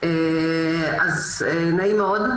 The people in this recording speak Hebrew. נעים מאוד.